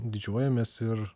didžiuojamės ir